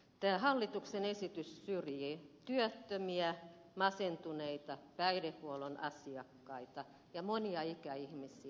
tämä hallituksen esitys syrjii työttömiä masentuneita päihdehuollon asiakkaita ja monia ikäihmisiä